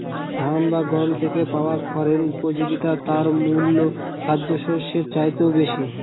ধান বা গম থেকে পাওয়া খড়ের উপযোগিতা তার মূল খাদ্যশস্যের চাইতেও বেশি